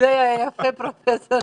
זה יפה.